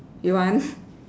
you want